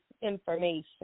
information